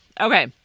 Okay